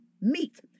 meat